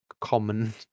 common